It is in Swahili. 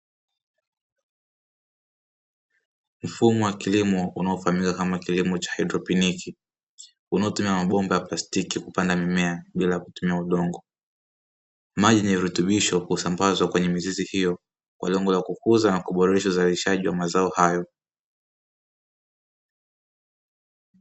Mfumo wa kilimo unaofahamika kama kilimo cha haidroponiki unaotumia mabomba ya plastiki kupanda mimea bila kutumia udongo, maji yenye virutubisho husambazwa kwenye mizizi hiyo kwa lengo la kukuza na kuboresha uzalishaji wa mazao hayo.